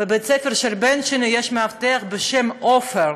בבית-הספר של הבן שלי יש מאבטח בשם עופר,